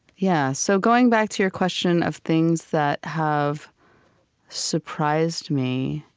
yeah so going back to your question of things that have surprised me,